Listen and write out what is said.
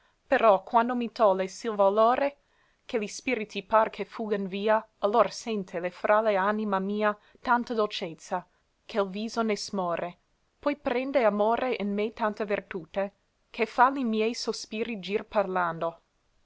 però quando mi tolle sì l valore che li spiriti par che fuggan via allor sente la frale anima mia tanta dolcezza che l viso ne smore poi prende amore in me tanta vertute che fa li miei sospiri gir parlando